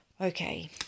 Okay